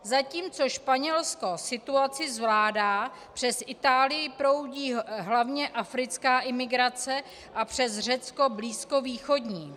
Zatímco Španělsko situaci zvládá, přes Itálii proudí hlavně africká imigrace a přes Řecko blízkovýchodní.